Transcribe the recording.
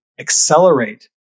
accelerate